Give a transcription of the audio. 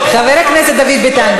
חבר הכנסת דוד ביטן,